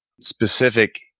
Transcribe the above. specific